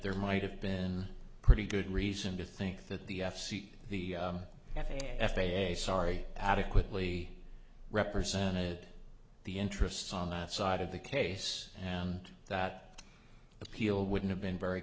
there might have been pretty good reason to think that the f c c the f a a sorry adequately represented the interests on that side of the case and that appeal wouldn't have been very